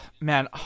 man